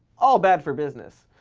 all bad for business.